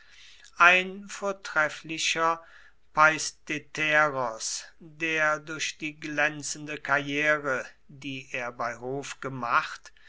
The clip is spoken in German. ein vortrefflicher peisthetäros der durch die glänzende karriere die er bei hof gemacht